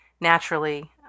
naturally